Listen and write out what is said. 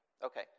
Okay